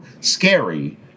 scary